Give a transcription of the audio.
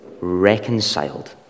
reconciled